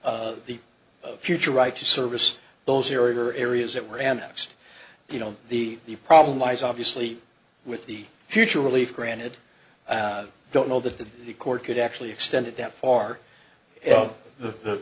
the future right to service those areas are areas that were annexed you know the problem lies obviously with the future relief granted i don't know that the court could actually extended that far and the